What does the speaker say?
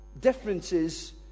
differences